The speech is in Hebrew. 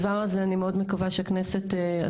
ברגע שראש העיר יודע שהוא צריך לגייס 2% מהאוכלוסייה,